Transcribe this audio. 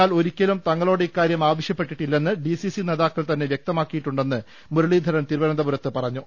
എന്നാൽ ഒരിക്കലും തങ്ങളോട് ഇക്കാര്യം ആവശ്യപ്പെട്ടിട്ടില്ലെന്ന് ഡിസിസി നേതാക്കൾ തന്നെ വ്യക്തമാക്കിയിട്ടുണ്ടെന്ന് മുരളീധരൻ തിരുവനന്തപുരത്ത് പറഞ്ഞു